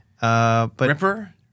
Ripper